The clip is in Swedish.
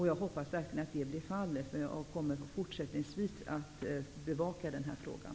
Jag hoppas verkligen att det blir fallet. Jag kommer att fortsätta att bevaka den här frågan.